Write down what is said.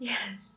Yes